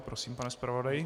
Prosím, pane zpravodaji.